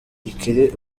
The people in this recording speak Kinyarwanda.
ikiri